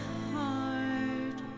heart